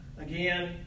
again